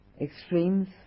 Extremes